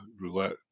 roulette